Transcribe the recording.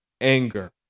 anger